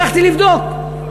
הלכתי לבדוק.